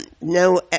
no